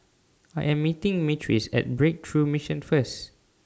I Am meeting Myrtice At Breakthrough Mission First